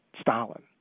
Stalin